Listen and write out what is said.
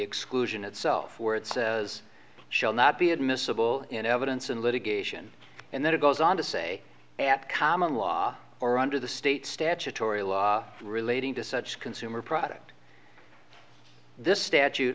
exclusion itself where it says shall not be admissible in evidence in litigation and then it goes on to say at common law or under the state's statutory law relating to such consumer product this statute